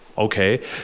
okay